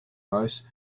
mouse